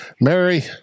Mary